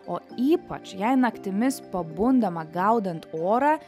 o ypač jei naktimis pabundama gaudant orą